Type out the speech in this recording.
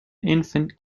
infant